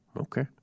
Okay